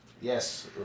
Yes